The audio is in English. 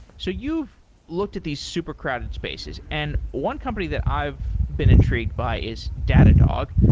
so you've looked at these super crowded spaces, and one company that i've been intrigued by is datadog.